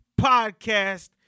podcast